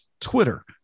Twitter